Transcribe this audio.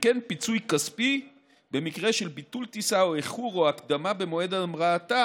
וכן פיצוי כספי במקרה של ביטול טיסה או איחור או הקדמה במועד המראתה